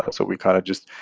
ah so we kind of just,